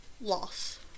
loss